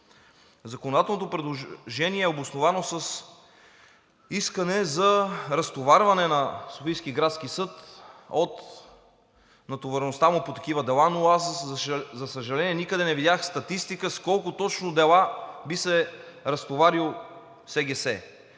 Законодателното предложение е обосновано с искане за разтоварване на Софийския градски съд от натовареността му по такива дела, но аз, за съжаление, никъде не видях статистика с колко точно дела би се разтоварил СГС,